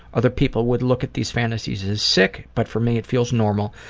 other people would look at these fantasies as sick, but for me it feels normal,